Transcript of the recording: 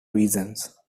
reasons